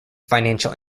financial